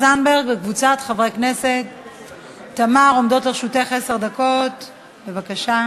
אנחנו עוברים להצעה הבאה